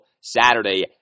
Saturday